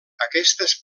aquestes